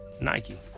Nike